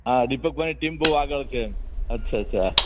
હા દીપકભાઈની ટીમ બહુ આગળ છે એમ અચ્છા અચ્છા